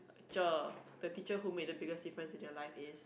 ~cher the teacher who made the biggest difference in your life is